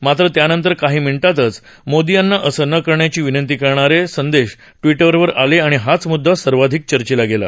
मात्र यानंतर काही मिनिटांतच मोदी यांना असं न करण्याची विनंती करणारे संदेश ट्विटरवर आले आणि हाच म्द्दा सर्वाधिक चर्चिला गेला